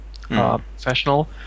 professional